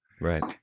right